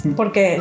porque